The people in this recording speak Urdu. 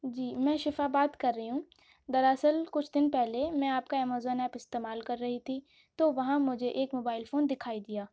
جی میں شفا بات کر رہی ہوں دراصل کچھ دن پہلے میں آپ کا امیزون ایپ استعمال کر رہی تھی تو وہاں مجھے ایک موبائل فون دکھائی دیا